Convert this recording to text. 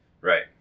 Right